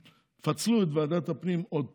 פצלו את ועדת הפנים עוד פעם.